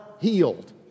healed